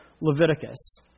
Leviticus